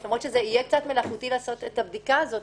זה יהיה קצת מלאכותי לעשות את הבדיקה הזאת,